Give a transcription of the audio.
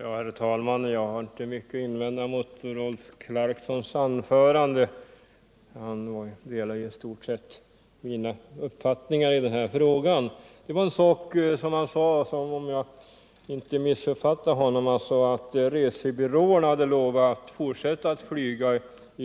Herr talman! Jag har inte mycket att invända mot Rolf Clarksons anförande. Vi har i stort sett samma uppfattning i den här frågan. Rolf Clarkson sade, om jag inte missuppfattade honom, att resebyråerna hade lovat att fortsätta att flyga